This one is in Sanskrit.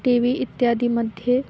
टि वि इत्यादि मध्ये